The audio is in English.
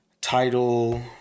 title